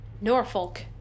Norfolk